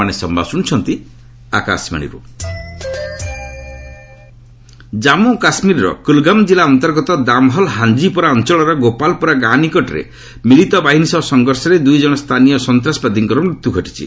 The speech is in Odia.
J and K encounter Jammu କାଶ୍କୀରର କୁଲଗାମ୍ କିଲ୍ଲୁ ଅନ୍ତର୍ଗତ ଦାମ୍ହଲ ହାଞ୍ଚିପୋରା ଅଞ୍ଚଳର ଗୋପାଲପୋରା ଗାଁ ନିକଟରେ ମିଳିତ ବାହିନୀ ସହ ସଂଘର୍ଷରେ ଦୁଇ ଜଣ ସ୍ଥାନୀୟ ସନ୍ତାସବାଦୀଙ୍କର ମୃତ୍ୟୁ ଘଟିଛି